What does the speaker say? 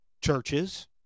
Churches